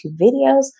videos